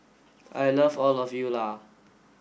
I love all of you Lah